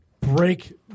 break